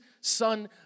Son